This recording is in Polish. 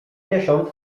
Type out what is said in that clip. miesiąc